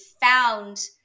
found